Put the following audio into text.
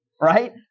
right